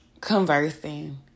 conversing